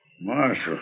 Marshal